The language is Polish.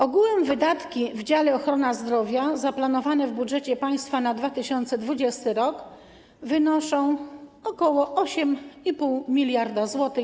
Ogółem wydatki w dziale: Ochrona zdrowia zaplanowane w budżecie państwa na 2020 r. wynoszą ok. 8,5 mld zł.